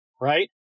right